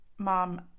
mom